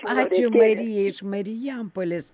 ačiū marijai iš marijampolės